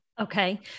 Okay